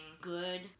good